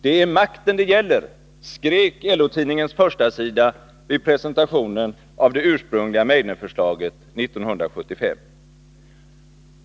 ”Det är makten det gäller!”, skrek LO-tidningens förstasida vid presentationen av det ursprungliga Meidnerförslaget 1975.